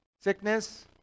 sickness